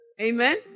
Amen